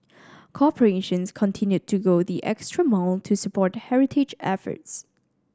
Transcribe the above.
corporations continued to go the extra mile to support heritage efforts